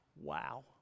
Wow